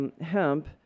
Hemp